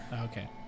Okay